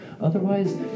Otherwise